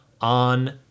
on